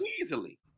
Easily